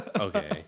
Okay